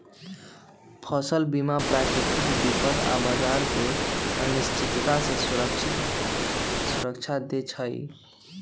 फसल बीमा प्राकृतिक विपत आऽ बाजार के अनिश्चितता से सुरक्षा देँइ छइ